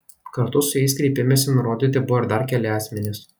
kartu su jais kreipimesi nurodyti buvo ir dar keli asmenys